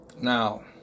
Now